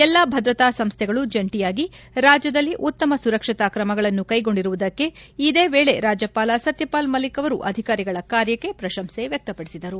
ಎಲ್ಲಾ ಭದ್ರತಾ ಸಂಸ್ಥೆಗಳು ಜಂಟಿಯಾಗಿ ರಾಜ್ಯದಲ್ಲಿ ಉತ್ತಮ ಸುರಕ್ಷತಾ ಕ್ರಮಗಳನ್ನು ಕೈಗೊಂಡಿರುವುದಕ್ಕೆ ಇದೇ ವೇಳೆ ರಾಜ್ಯಪಾಲ ಸತ್ಯಪಾಲ್ ಮಲಿಕ್ ಅವರು ಅಧಿಕಾರಿಗಳ ಕಾರ್ಯಕ್ಕೆ ಪ್ರಶಂಸೆ ವ್ಯಕ್ತಪಡಿಸಿದರು